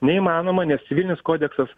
neįmanoma nes civilinis kodeksas